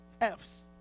F's